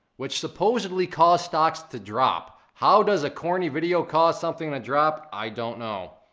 which supposedly cause stocks to drop. how does a corny video cause something to drop? i don't know.